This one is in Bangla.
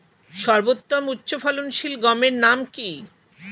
সর্বতম উচ্চ ফলনশীল গমের নাম কি?